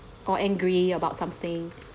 or angry about something